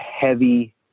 heavy